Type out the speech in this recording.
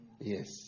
Yes